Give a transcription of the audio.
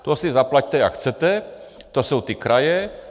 To si zaplaťte, jak chcete, to jsou ty kraje.